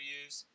use